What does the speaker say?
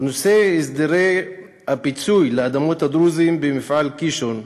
בנושא הסדרי הפיצוי לאדמות הדרוזים במפעל הקישון,